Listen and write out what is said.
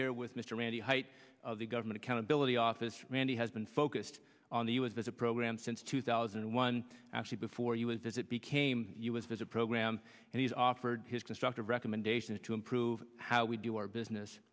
here with mr randy height of the government accountability office randi has been focused on the u s as a program since two thousand and one actually before us as it became us as a program and he's offered his constructive recommendations to improve how we do our business